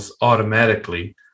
automatically